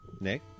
Nick